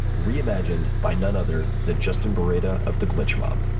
reimagined by none other than justin boreta of the glitch mob.